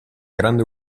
grande